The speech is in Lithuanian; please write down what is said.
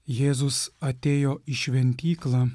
jėzus atėjo į šventyklą